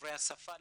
דוברי השפה.